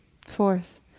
Fourth